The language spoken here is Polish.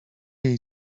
jej